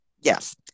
yes